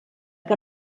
que